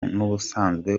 n’ubusanzwe